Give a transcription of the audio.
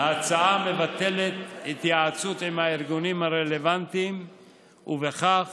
ההצעה מבטלת התייעצות עם הארגונים הרלוונטיים ובכך